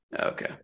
Okay